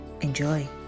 Enjoy